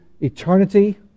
eternity